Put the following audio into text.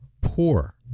poor